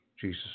Jesus